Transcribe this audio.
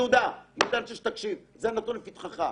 יהודה, אני רוצה שתקשיב, זה נתון לפתחך.